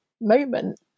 moment